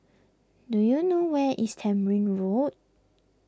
do you know where is Tamarind Road